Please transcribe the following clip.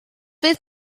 fydd